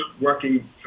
working